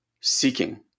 seeking